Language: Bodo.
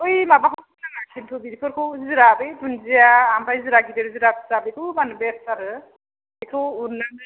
ओइ माबाखौ होनाङा खिन्थु बिफोरखौ जिरा बै दुनजिआ ओमफ्राय जिरा गिदिर जिरा फिसा बेखौ होबानो बेस्ट आरो बेखौ उननानै